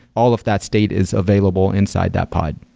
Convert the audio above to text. all of that state is available inside that pod.